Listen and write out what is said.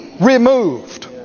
removed